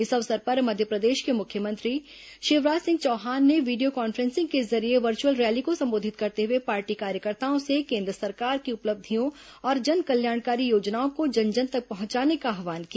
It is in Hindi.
इस अवसर पर मध्यप्रदेश के मुख्यमंत्री शिवराज सिंह चौहान ने वीडियो कॉन्फ्रेंसिंग के जरिये वर्चुअल रैली को संबोधित करते हुए पार्टी कार्यकर्ताओं से केन्द्र सरकार की उपलब्धियों और जन कल्याणकारी योजनाओं को जन जन तक पहुंचाने का आव्हान किया